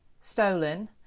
stolen